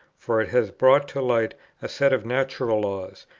for it has brought to light a set of natural laws,